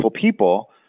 people